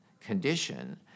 condition